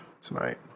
tonight